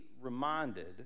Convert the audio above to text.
reminded